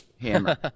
hammer